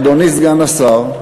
אדוני סגן השר,